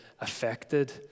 affected